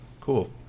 cool